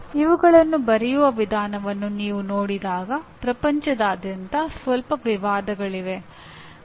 ಇವುಗಳನ್ನು ಬರೆಯುವ ವಿಧಾನವನ್ನು ನೀವು ನೋಡಿದಾಗ ಪ್ರಪಂಚದಾದ್ಯಂತ ಸ್ವಲ್ಪ ವಿವಾದಗಳಿವೆ